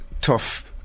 tough